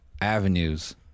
avenues